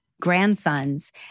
grandsons